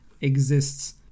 exists